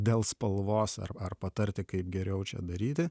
dėl spalvos ar ar patarti kaip geriau čia daryti